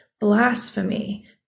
Blasphemy